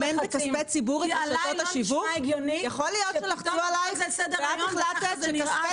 יכול להיות שלחצו עלייך ואת החלטת להעביר